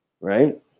right